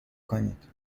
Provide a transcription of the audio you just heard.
کنید